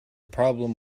problem